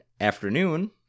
afternoon